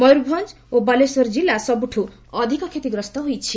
ମୟୂରଭଞ୍ଜ ଓ ବାଲେଶ୍ୱର ଜିଲ୍ଲା ସବୁଠୁ ଅଧିକ କ୍ଷତିଗ୍ରସ୍ତ ହୋଇଛି